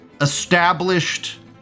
established